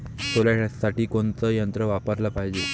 सोल्यासाठी कोनचं यंत्र वापराले पायजे?